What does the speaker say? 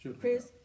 Chris